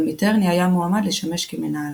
ומיטרני היה מועמד לשמש כמנהלה.